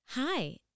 Hi